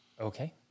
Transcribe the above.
Okay